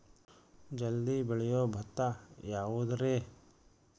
ಜಲ್ದಿ ಬೆಳಿಯೊ ಭತ್ತ ಯಾವುದ್ರೇ?